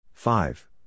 Five